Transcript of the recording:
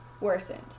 worsened